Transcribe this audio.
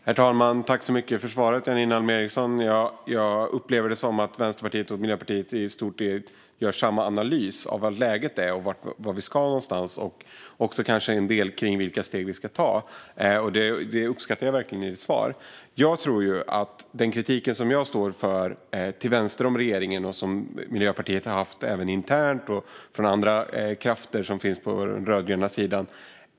Herr talman! Tack för svaret, Janine Alm Ericson! Jag upplever att Miljöpartiet och Vänsterpartiet gör i stort sett samma analys av läget, vart vi ska och kanske till viss del vilka steg vi ska ta. Det uppskattar jag verkligen i ditt svar. Den kritik som jag står för ligger till vänster om regeringen. Miljöpartiet har haft liknande kritik internt. Det gäller även andra krafter på den rödgröna sidan.